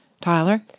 Tyler